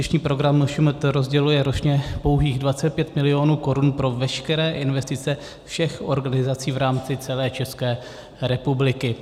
Investiční program MŠMT rozděluje ročně pouhých 25 milionů korun pro veškeré investice všech organizací v rámci celé České republiky.